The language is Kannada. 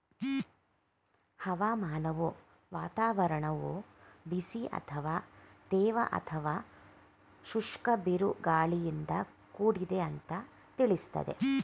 ಹವಾಮಾನವು ವಾತಾವರಣವು ಬಿಸಿ ಅಥವಾ ತೇವ ಅಥವಾ ಶುಷ್ಕ ಬಿರುಗಾಳಿಯಿಂದ ಕೂಡಿದೆ ಅಂತ ತಿಳಿಸ್ತದೆ